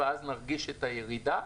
ואז נרגיש את הירידה.